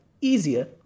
easier